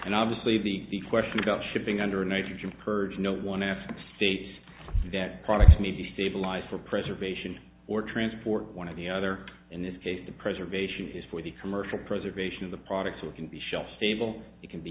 and obviously the big question about shipping under nitrogen purge no one asks states that products may be stabilised for preservation or transport one of the other in this case the preservation is for the commercial preservation of the products or can be shelf stable it can be